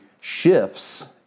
shifts